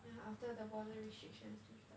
yeah after the border restrictions lift up